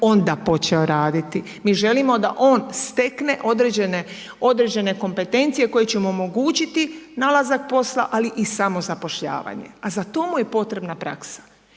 onda počeo raditi. Mi želimo da on stekne određene kompetencije koje će mu omogućiti nalazak posla, ali i samozapošljavanje. A to mu je potrebna praksa.